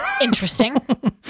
Interesting